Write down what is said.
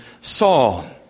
Saul